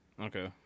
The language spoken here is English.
Okay